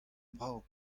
brav